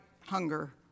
hunger